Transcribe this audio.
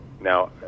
Now